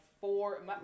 four